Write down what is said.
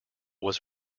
was